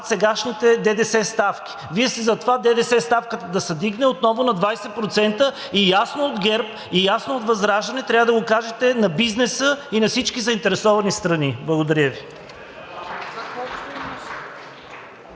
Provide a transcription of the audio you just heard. сегашните ДДС ставки, а сте за това ДДС ставката да се вдигне отново на 20%! Ясно от ГЕРБ и ясно от ВЪЗРАЖДАНЕ трябва да го кажете на бизнеса и на всички заинтересовани страни! Благодаря Ви.